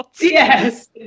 yes